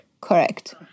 Correct